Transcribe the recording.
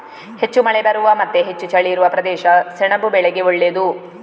ಹೆಚ್ಚು ಮಳೆ ಬರುವ ಮತ್ತೆ ಹೆಚ್ಚು ಚಳಿ ಇರುವ ಪ್ರದೇಶ ಸೆಣಬು ಬೆಳೆಗೆ ಒಳ್ಳೇದು